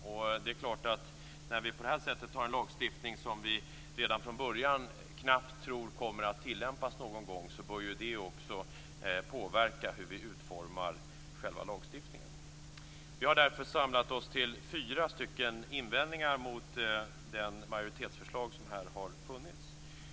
När vi på det här sättet beslutar om en lagstiftning som vi redan från början knappt tror kommer att tillämpas någon gång bör det också påverka hur vi utformar själva lagstiftningen. Vi har därför samlat oss till fyra invändningar mot det majoritetsförslag som här har funnits.